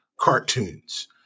cartoons